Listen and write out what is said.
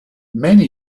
many